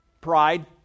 pride